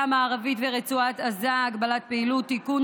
המערבית ורצועת עזה (הגבלת פעילות) (תיקון,